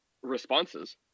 Responses